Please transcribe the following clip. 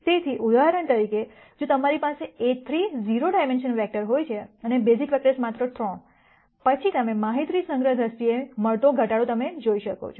તેથી ઉદાહરણ તરીકે જો તમારી પાસે A₃ 0 ડાઈમેન્શન વેક્ટર હોય છે અને બેઝિક વેક્ટર્સ માત્ર 3 પછી તમે માહિતી સંગ્રહ દ્રષ્ટિએ મળતો ઘટાડો તમે જોઈ શકો છો